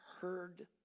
heard